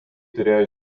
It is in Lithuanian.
turėjo